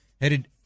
headed